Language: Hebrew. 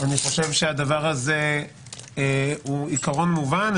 אני חושב שהדבר הזה הוא עיקרון מובן.